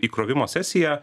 įkrovimo sesija